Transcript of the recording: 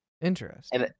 interesting